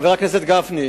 חבר הכנסת גפני,